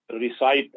recite